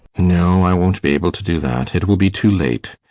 no, i won't be able to do that. it will be too late.